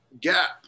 gap